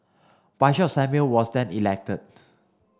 Bishop Samuel was then elected